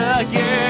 again